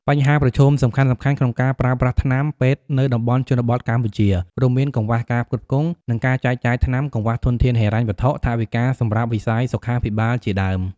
បញ្ហាប្រឈមសំខាន់ៗក្នុងការប្រើប្រាស់ថ្នាំពេទ្យនៅតំបន់ជនបទកម្ពុជា រួមមាន កង្វះការផ្គត់ផ្គង់ និងការចែកចាយថ្នាំ កង្វះធនធានហិរញ្ញវត្ថុ ថវិកាសម្រាប់វិស័យសុខាភិបាលជាដើម។